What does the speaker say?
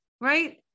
right